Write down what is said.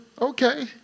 Okay